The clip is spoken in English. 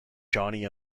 johnny